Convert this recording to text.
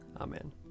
Amen